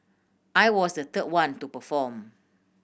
I was the third one to perform